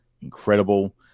incredible